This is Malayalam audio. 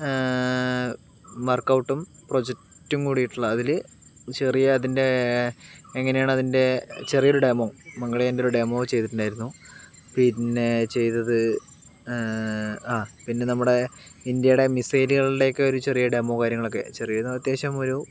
വർക്ക് ഔട്ടും പ്രൊജക്ടും കൂടിയിട്ടുള്ള അതില് ചെറിയ അതിൻ്റെ എങ്ങനെയാണ് അതിൻ്റെ ചെറിയ ഒരു ഡെമോ മംഗൾയാൻ്റെ ഒരു ഡെമോ ചെയ്തിട്ടുണ്ടായിരുന്നു പിന്നെ ചെയ്തത് ആ പിന്നെ നമ്മുടെ ഇന്ത്യയുടെ മിസൈലുകളുടെ ഒക്കെ ഒരു ചെറിയ ഡെമോ കാര്യങ്ങളൊക്കെ ചെറിയത് അത്യാവശ്യം ഒരു